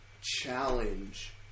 challenge